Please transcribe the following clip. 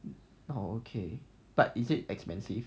oh okay but is it expensive